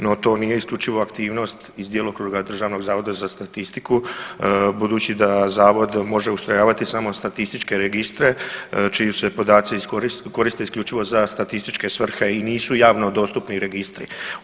No to nije isključivo aktivnost iz djelokruga Državnog zavoda za statistiku budući da zavod može ustrojavati samo statističke registre čiji se podaci koriste isključivo za statističke svrhe i nisu javno dostupni registri.